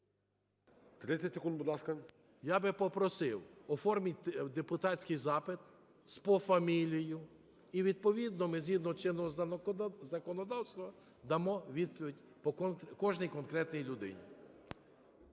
Я би попросив оформити депутатський запит з… пофамільно, і відповідно ми згідно чинного законодавства дамо відповідь по кожній конкретній людині.